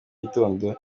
gitondo